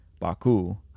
Baku